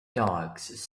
dogs